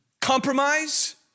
Compromise